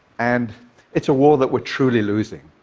and it's a war that we're truly losing.